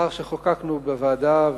לאחר שחוקקנו בוועדה,